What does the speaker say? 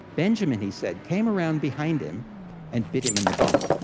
benjamin, he said, came around behind him and bit him in the bum.